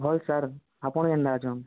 ଭଲ୍ ସାର୍ ଆପଣ୍ କେନ୍ତା ଅଛନ୍